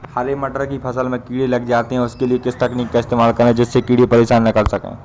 हरे मटर की फसल में कीड़े लग जाते हैं उसके लिए किस तकनीक का इस्तेमाल करें जिससे कीड़े परेशान ना कर सके?